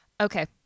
Okay